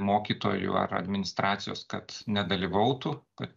mokytojų ar administracijos kad nedalyvautų kad